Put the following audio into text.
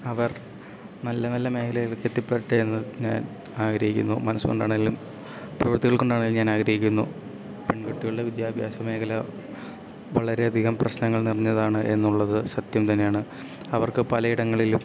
അവർ നല്ല നല്ല മേഖലയിൽ എത്തിപ്പെടട്ടെ എന്ന് ഞാൻ ആഗ്രഹിക്കുന്നു മനസ്സ് കൊണ്ടാണെങ്കിലും പ്രവർത്തികൾ കൊണ്ടാണെങ്കിലും ഞാൻ ആഗ്രഹിക്കുന്നു പെൺകുട്ടികളുടെ വിദ്യാഭ്യാസ മേഖല വളരെയധികം പ്രശ്നങ്ങൾ നിറഞ്ഞതാണ് എന്നുള്ളത് സത്യം തന്നെയാണ് അവർക്ക് പലയിടങ്ങളിലും